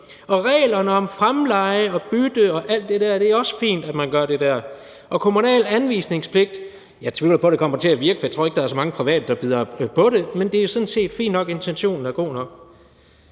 med reglerne om fremleje og bytte og alt det der, er det også fint at man gør det der, og kommunal anvisningspligt. Jeg tvivler på, det kommer til at virke, for jeg tror ikke, der er så mange private, der bider på det, men det er sådan set fint nok, intentionen er god nok.